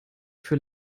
für